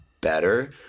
better